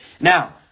Now